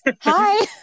hi